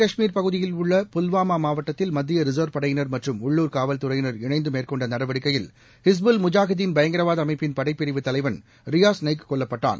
காஷ்மீர் பகுதியில் உள்ள புல்வாமா மாவட்டத்தில் மத்திய ரின்வ் படையினர் மற்றும் உள்ளூர் காவல்துறையினர் இணைந்து மேற்கொண்ட நடவடிக்கையில் ஹிஸ்புல் முஜாஹிதீன் பயங்கரவாத அமைப்பின் படைப்பிரிவு தலைவர் ரியாஸ் நைக்கு கொல்லப்பட்டான்